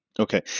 Okay